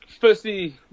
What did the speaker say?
firstly